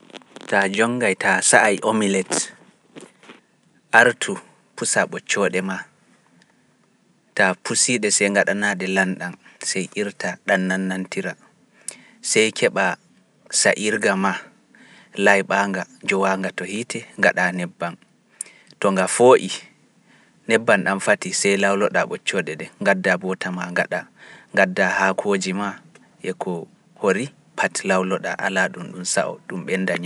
Ta jonngay ta sa'ay omelette, artu pusa ɓoccooɗe maa, ta pusiiɗe se gaɗanaade lanɗam, se iirta ɗam nanantira, se keɓa sa iirga maa layɓaanga jowa nga to hiite ngaɗa nebbam, to nga fooyi nebbam ɗam fati se lawloɗa ɓoccooɗe ɗe, ngadda buta maa ngaɗaɗa gadda hakoji ma e ko hori pat lawloɗa ala ɗum ɗum sa'o ɗum ɓenda